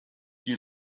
you